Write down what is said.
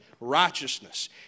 righteousness